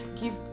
give